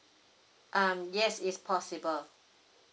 um yes is possible